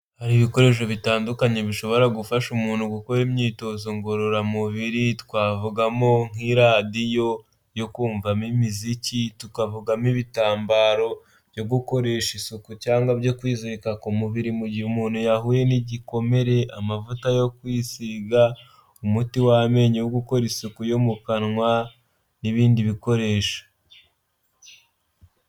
Hari ibikoresho bitandukanye bishobora gufasha umuntu gukora imyitozo ngororamubiri. Twavugamo nk'iradiyo yo kumvamo imiziki, tukavugamo ibitambaro byo gukoresha isuku cyangwa byo kwizirika ku mubiri mu gihe umuntu yahuye n'igikomere, amavuta yo kwisiga, umuti w'amenyo wo gukora isuku yo mu kanwa, n'ibindi bikoresho.